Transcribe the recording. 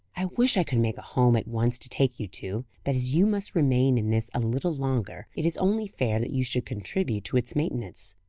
i wish i could make a home at once to take you to but as you must remain in this a little longer, it is only fair that you should contribute to its maintenance.